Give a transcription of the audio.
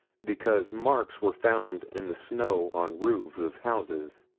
because marks were found in the snow on roofs of houses.